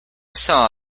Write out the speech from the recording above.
saw